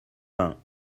vingts